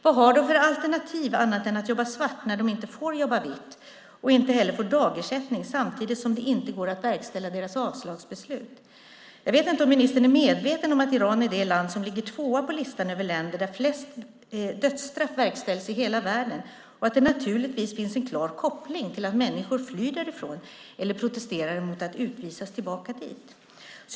Vad har de för alternativ annat än att jobba svart när de inte får jobba vitt och inte heller får dagersättning samtidigt som det inte går att verkställa deras avslagsbeslut? Jag vet inte om ministern är medveten om att Iran ligger tvåa på listan över de länder i hela världen där flest dödsstraff verkställs och att det naturligtvis finns en klar koppling till att människor flyr därifrån eller protesterar mot att utvisas tillbaka dit.